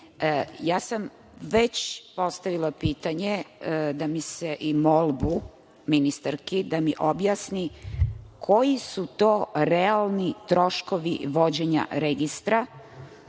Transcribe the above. Ja sam već postavila pitanje i molbu ministarki da mi objasni koji su to realni troškovi vođenja registra